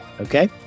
Okay